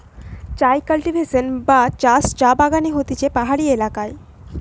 চায় কাল্টিভেশন বা চাষ চা বাগানে হতিছে পাহাড়ি এলাকায়